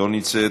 לא נמצאת,